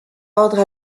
ordre